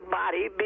body